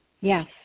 Yes